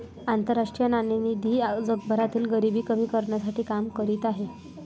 आंतरराष्ट्रीय नाणेनिधी जगभरातील गरिबी कमी करण्यासाठी काम करत आहे